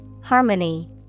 Harmony